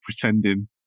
Pretending